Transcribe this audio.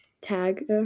tag